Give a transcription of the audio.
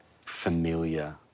familiar